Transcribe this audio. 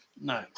No